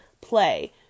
play